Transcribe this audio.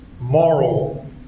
Moral